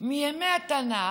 מימי התנ"ך,